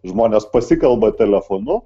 žmonės pasikalba telefonu